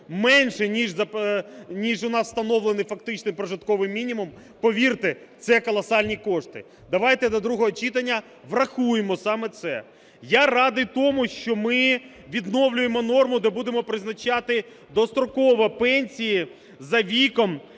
менше, ніж у нас встановлений фактичний прожитковий мінімум – повірте, це колосальні кошти. Давайте до другого читання врахуємо саме це. Я радий тому, що ми відновлюємо норму, де будемо призначати дострокового пенсії за віком